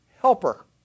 helper